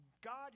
God